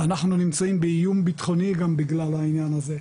ואננו ממצאים באיום ביטחוני גם בגלל העניין הזה.